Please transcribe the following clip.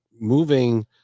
moving